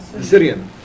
Syrian